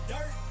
Dirt